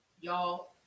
y'all